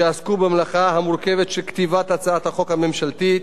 שעסקו במלאכה המורכבת של כתיבת הצעת החוק הממשלתית,